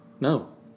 No